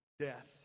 death